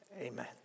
amen